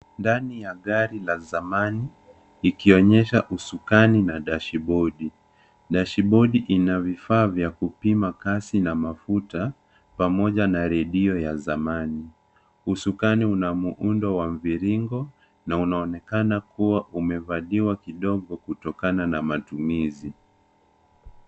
Ndani ya gari la zamani inaonyesha ikinyesha usukani na dashibodi, dashibodi ina vifaa vya kupima kasi na mafuta pamoja na redio ya zamani. Usukani una muundo wa mviringo na unaonekana kua umevaliwa kidogo kutokana na matumizi.